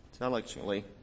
intellectually